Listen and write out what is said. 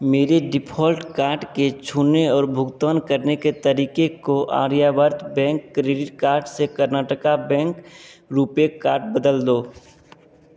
मेरे default card के छूने और भुगतान करने के तरीके को आर्यव्रत बैंक क्रेडिट कार्ड से कर्नाटका बैंक रुपे कार्ड बदल दो